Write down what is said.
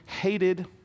hated